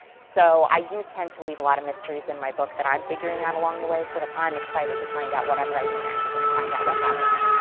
so i do tend to leave a lot of mysteries in my book that i'm figuring out along the way so that i'm excited to find out what i'm writing next and to find out what happens.